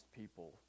people